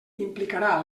implicarà